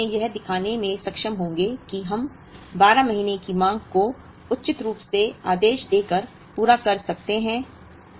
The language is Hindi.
हम वास्तव में यह दिखाने में सक्षम होंगे कि हम 12 महीने की मांग को उचित रूप से आदेश देकर पूरा कर सकते हैं